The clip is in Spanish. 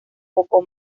poco